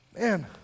Man